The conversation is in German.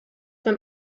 beim